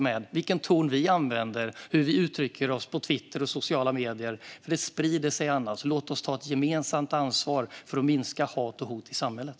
Det handlar om vilken ton vi använder och hur vi uttrycker oss på Twitter och sociala medier. Detta sprider sig annars. Låt oss ta ett gemensamt ansvar för att minska hat och hot i samhället!